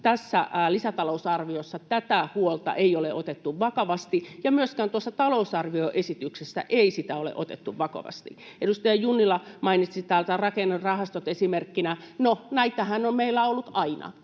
tässä lisäta-lousarviossa tätä huolta ei ole otettu vakavasti ja myöskään tuossa talousarvioesityksessä ei sitä ole otettu vakavasti. Edustaja Junnila mainitsi rakennerahastot esimerkkinä. No, näitähän on meillä ollut aina,